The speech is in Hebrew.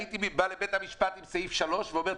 הייתי בא לבית המשפט עם סעיף (3) ואומר,